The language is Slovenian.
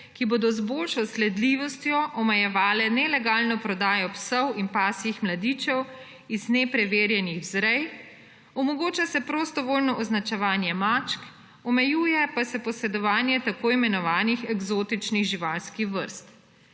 ki bodo z boljšo sledljivostjo omejevale nelegalno prodajo psov in pasjih mladičev iz nepreverjenih vzrej. Omogoča se prostovoljno označevanje mačk, omejuje pa se posedovanje tako imenovanih eksotičnih živalskih vrst.